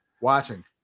watching